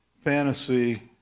fantasy